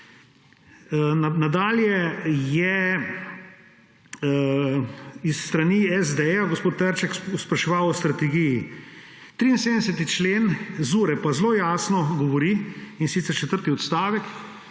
Nadalje je s strani SD gospod Trček spraševal o strategiji. 73. člen ZUreP zelo jasno govori, in sicer četrti odstavek,